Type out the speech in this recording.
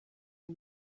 iyo